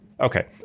Okay